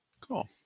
Cool